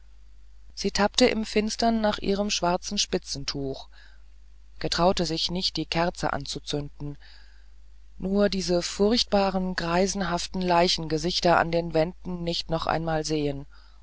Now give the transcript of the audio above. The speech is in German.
sie tappte im finstern nach ihrem schwarzen spitzentuch getraute sich nicht die kerze anzuzünden nur diese furchtbaren greisenhaften leichengesichter an den wänden nicht noch einmal sehen